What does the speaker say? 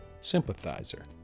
sympathizer